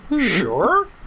Sure